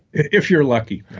if you're lucky.